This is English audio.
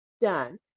done